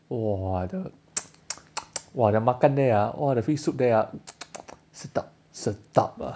!wah! the !wah! the makan there ah !wah! the fish soup there ah sedap sedap ah